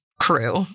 crew